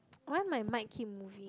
why my mike keep moving